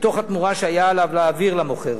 מתוך התמורה שהיה עליו להעביר למוכר.